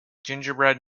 gingerbread